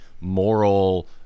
moral